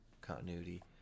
continuity